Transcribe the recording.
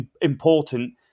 important